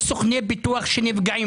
יש סוכני ביטוח שנפגעים.